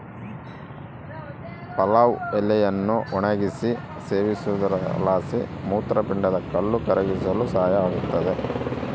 ಪಲಾವ್ ಎಲೆಯನ್ನು ಒಣಗಿಸಿ ಸೇವಿಸೋದ್ರಲಾಸಿ ಮೂತ್ರಪಿಂಡದ ಕಲ್ಲು ಕರಗಿಸಲು ಸಹಾಯ ಆಗುತ್ತದೆ